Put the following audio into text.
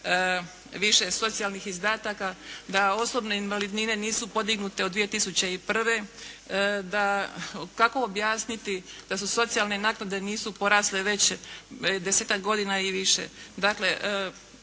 više socijalnih izdataka, da osobne invalidnine nisu podignute od 2001., da kako objasniti da su socijalne naknade nisu porasle već desetak godina i više. Dakle,